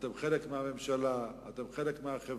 אתם חלק מהממשלה, אתם חלק מהחברה.